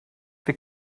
wir